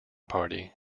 party